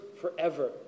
forever